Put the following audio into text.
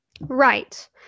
Right